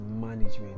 management